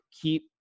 Keep